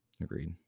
Agreed